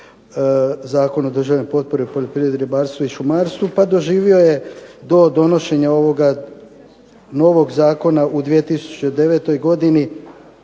zakon o državnoj potpori u poljoprivredi, ribarstvu i šumarstvu, doživio je do donošenja ovog novog Zakona 2009. godini,